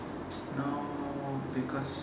no because